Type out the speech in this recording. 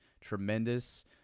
tremendous